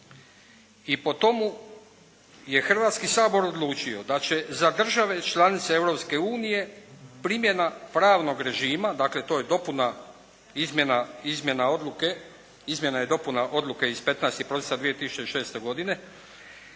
i po tomu je Hrvatski sabor odlučio da će za države članice Europske unije primjena pravnog režima, dakle to je dopuna izmjena odluke, izmjena i dopuna